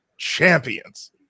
champions